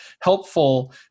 helpful